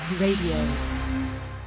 Radio